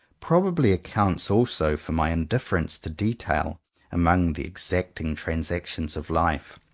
probably accounts also for my indifference to detail among the exacting transactions of life,